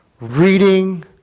reading